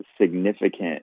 significant